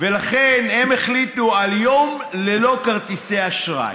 לכן, הם החליטו על יום ללא כרטיסי אשראי.